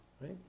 right